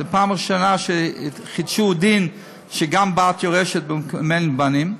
זו פעם ראשונה שחידשו דין שגם בת יורשת אם אין בנים.